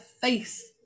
face